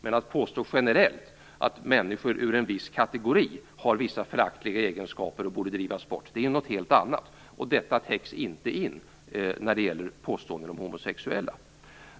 Men att påstå generellt att människor ur en viss kategori har vissa föraktliga egenskaper och borde drivas bort är något helt annat. Och detta täcks inte in när det gäller påståenden om homosexuella.